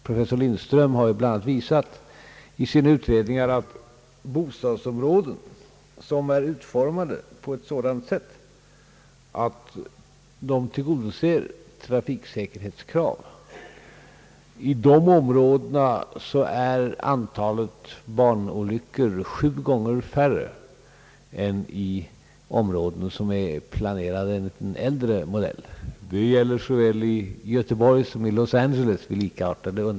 Professor Lindström har bland annat i sina utredningar visat att i bostadsområden som är utformade så att de tillgodoser trafiksäkerhetskrav är antalet barntrafikolyckor sju gånger färre än i områden som är planerade enligt äldre modell. Detta gäller såväl i Göteborg som i Los Angeles.